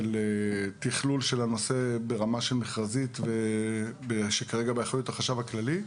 של תכלול של הנושא ברמה מכרזית שכרגע באחריות החשב הכללי,